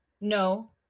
No